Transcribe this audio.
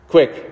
Quick